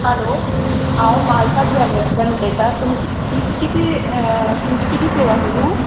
हालो हांव म्हाळसा ज्वॅलरांतल्यान उलयतां तुमच् तुमकां कितें तुमची कितें सेवा करूं